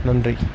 நன்றி